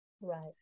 right